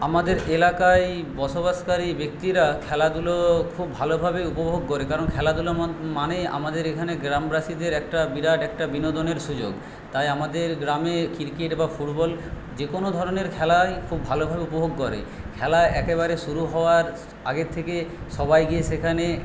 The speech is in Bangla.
আমাদের এলাকায় বসবাসকারী ব্যক্তিরা খেলাধুলো খুব ভালোভাবে উপভোগ করে কারণ খেলাধুলা মানেই আমাদের এখানে গ্রামবাসীদের একটা বিরাট একটা বিনোদনের সুযোগ তাই আমাদের গ্রামে ক্রিকেট বা ফুটবল যেকোনো ধরনের খেলাই খুব ভালোভাবে উপভোগ করে খেলা একেবারে শুরু হওয়ার আগের থেকে সবাই গিয়ে সেখানে